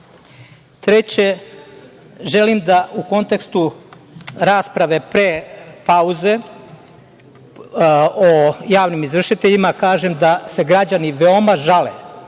želim da u kontekstu rasprave pre pauze o javnim izvršiteljima, kažem da se građani veoma žale